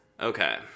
Okay